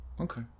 Okay